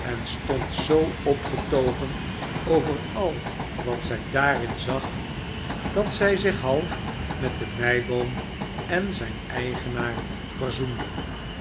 en stond zoo opgetogen over ai wat zij daarin zag dat zij zich half met de meiboom en zijn eigenaar verzoende